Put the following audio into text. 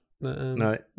No